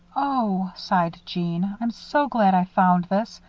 oh, sighed jeanne, i'm so glad i found this.